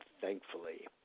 thankfully